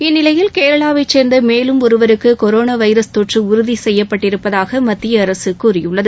இந்நிலையில் கேரளாவைச் சேர்ந்த மேலும் ஒருவருக்கு கொரோனா வைரஸ் தொற்று உறுதி செய்யப்பட்டிருப்பதாக மத்திய அரசு கூறியுள்ளது